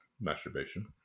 masturbation